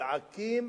נזעקים